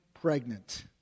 pregnant